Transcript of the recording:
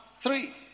three